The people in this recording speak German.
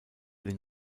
den